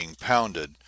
pounded